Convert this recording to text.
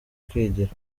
kwigira